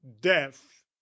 death